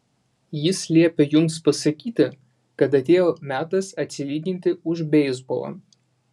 jis liepė jums pasakyti kad atėjo metas atsilyginti už beisbolą